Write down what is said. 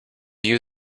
you